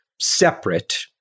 separate